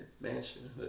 mansion